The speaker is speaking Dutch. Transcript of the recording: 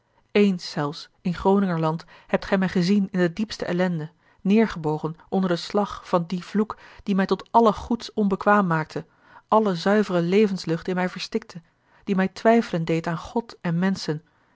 eens zelfs in groningerland hebt gij mij gezien in de diepste ellende neêrgebogen onder den slag van dien vloek die mij tot alle goeds onbekwaam maakte allen zuiveren levenslucht in mij verstikte die mij twijfelen deed aan god en menschen